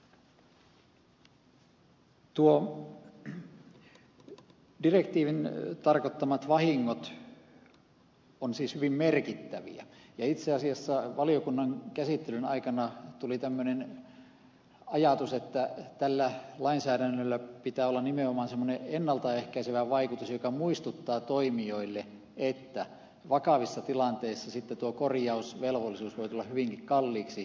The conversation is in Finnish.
nuo direktiivin tarkoittamat vahingot ovat siis hyvin merkittäviä ja itse asiassa valiokunnan käsittelyn aikana tuli tämmöinen ajatus että tällä lainsäädännöllä pitää olla nimenomaan semmoinen ennalta ehkäisevä vaikutus joka muistuttaa toimijoille että vakavissa tilanteissa sitten tuo korjausvelvollisuus voi tulla hyvinkin kalliiksi